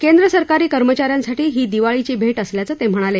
केंद्र सरकारी कर्मचा यांसाठी ही दिवाळीची भेट असल्याचं ते म्हणाले